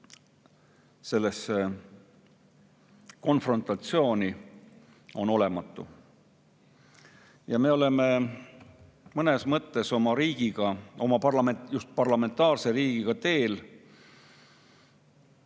sellesse konfrontatsiooni on olematu. Me oleme mõnes mõttes oma riigiga, just parlamentaarse riigiga teel,